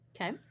Okay